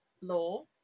law